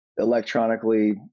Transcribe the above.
electronically